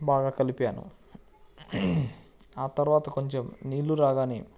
బాగా కలిపాను ఆ తర్వాత కొంచెం నీళ్ళు రాగానే